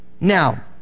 Now